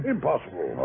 Impossible